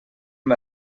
amb